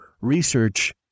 research